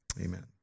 amen